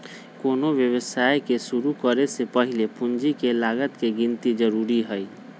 कोनो व्यवसाय के शुरु करे से पहीले पूंजी के लागत के गिन्ती जरूरी हइ